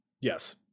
Yes